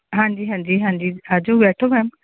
ਹਾਂਜੀ ਹਾਂਜੀ ਹਾਂਜੀ ਆਜੋ ਬੈਠੋ ਮੈਮ